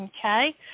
okay